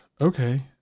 okay